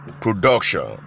production